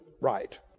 right